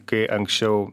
kai anksčiau